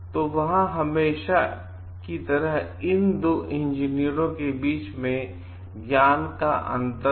तो वहाँ हमेशा की तरह इन 2 इंजीनियरों के बीच ज्ञान का अंतर हो